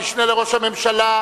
המשנה לראש הממשלה,